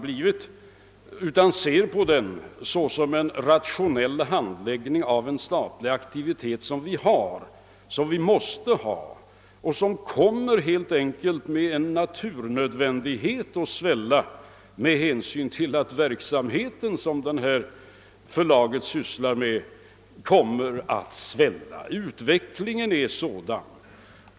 Den måste ses som ett försök till rationell hand läggning av en statlig aktivitet som vi har och måste ha och som med naturnödvändighet kommer att svälla, eftersom den verksamhet som förlaget bedriver kommer att svälla; utvecklingen är sådan.